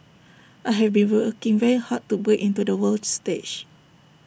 I have been working very hard to break into the world stage